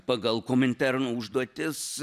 pagal kominterno užduotis